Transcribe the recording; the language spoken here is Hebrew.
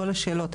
כל השאלות.